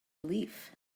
relief